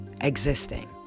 existing